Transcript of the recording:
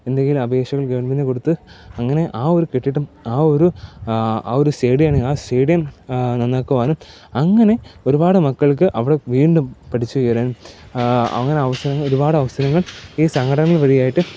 എന്തെങ്കിലും അപേക്ഷകൾ ഗവൺമെൻറ്റിന് കൊടുത്ത് അങ്ങനെ ആ ഒരു കെട്ടിടം ആ ഒരു ആ ഒരു സ്റ്റേഡിയംആണെങ്കി ആ സ്റ്റേഡിയം നന്നാക്കുവാനും അങ്ങനെ ഒരുപാട് മക്കൾക്ക് അവിടെ വീണ്ടും പഠിച്ചുയരാൻ അങ്ങനെ അവസരങ്ങൾ ഒരുപാടവസരങ്ങൾ ഈ സംഘടനകൾ വഴിയായിട്ട്